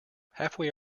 halfway